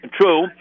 True